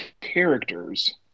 characters